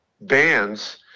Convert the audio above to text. bands